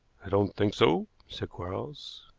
i don't think so, said quarles.